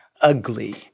ugly